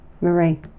Marie